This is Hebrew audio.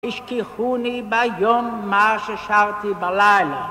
השכיחו לי ביום מה ששרתי בלילה